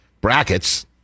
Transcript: brackets